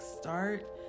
start